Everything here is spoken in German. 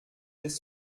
des